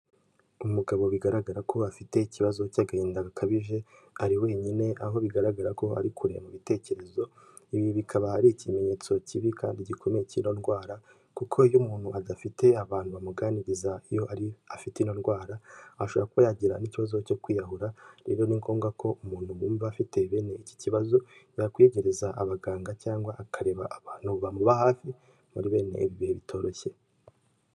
Umugabo bigaragara ko afite ikibazo cy'agahinda gakabije. Ari wenyine aho bigaragara ko ari kureba ibitekerezo. Ibi bikaba ari ikimenyetso kibi kandi gikomeye cy'iyo ndwara, kuko iyo umuntu adafite abantu bamuganiriza iyo ari afite iyo ndwara ashobora kuba yagira n'ikibazo cyo kwiyahura. Rero ni ngombwa ko umuntu wumva afite bene iki kibazo yakwiyegereza abaganga cyangwa akareba abantu bamuba hafi muri bene ibihe bitoroshye.